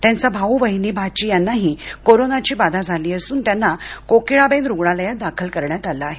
त्यांचा भाऊ वहिनी भाची यांनाही कोरोनाची बाधा झाली असून त्यांना कोकिळाबेन रुगणालयात दाखल करण्यात आले आहे